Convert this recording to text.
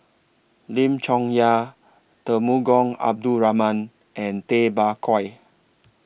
Lim Chong Yah Temenggong Abdul Rahman and Tay Bak Koi